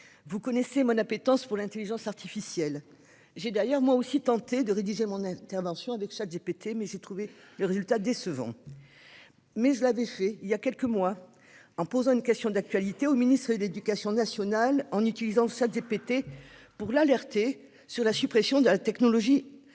vous connaissez mon appétence pour l'intelligence artificielle. J'ai d'ailleurs moi aussi tenté de rédiger mon intervention avec ChatGPT, mais j'ai trouvé le résultat décevant. En revanche, je l'avais fait il y a quelques mois pour rédiger la question d'actualité que j'avais posée au ministre de l'éducation nationale et de la jeunesse afin de l'alerter sur la suppression de la technologie